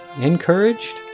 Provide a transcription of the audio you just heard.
encouraged